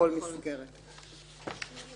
אני לא אעשה את זה.